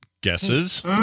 Guesses